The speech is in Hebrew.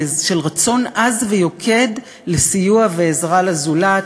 ושל רצון עז ויוקד לסיוע ועזרה לזולת.